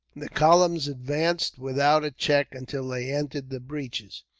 the columns advanced without a check until they entered the breaches.